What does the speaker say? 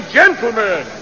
gentlemen